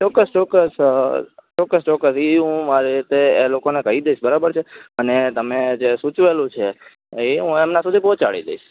ચોક્કસ ચોક્કસ ચોક્કસ ચોક્કસ ઇહું મારે તે એ લોકોને કઈ દઇશ બરાબર છે અને તમે જે સૂચવેલું છે એ હું એમના સુધી પોચાળી દઇશ